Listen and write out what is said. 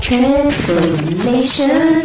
Transformation